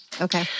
Okay